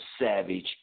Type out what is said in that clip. Savage